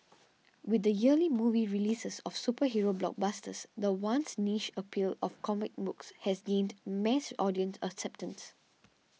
with the yearly movie releases of superhero blockbusters the once niche appeal of comic books has gained mass audience acceptance